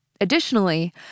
Additionally